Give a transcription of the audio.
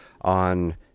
on